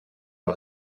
par